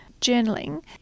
journaling